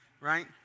right